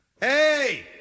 Hey